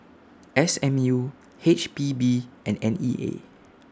S M U H P B and N E A